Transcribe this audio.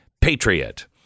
Patriot